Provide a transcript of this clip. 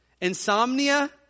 Insomnia